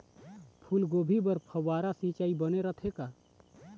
फूलगोभी बर फव्वारा सिचाई बने रथे का?